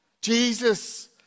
Jesus